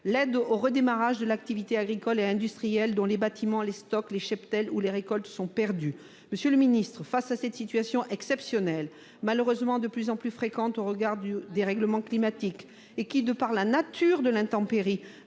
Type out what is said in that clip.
l'aide au redémarrage de l'activité agricole et industrielle, dont les bâtiments, les stocks, les cheptels ou les récoltes sont perdus. Monsieur le ministre d'État, face à cette situation exceptionnelle, malheureusement de plus en plus fréquente du fait du dérèglement climatique, et qui, de par la nature de l'intempérie,